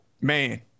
man